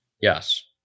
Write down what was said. yes